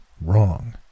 wrong